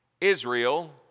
Israel